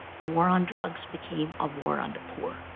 the war on drugs became a war on the poor.